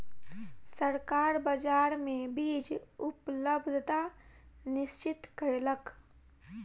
सरकार बाजार मे बीज उपलब्धता निश्चित कयलक